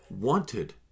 wanted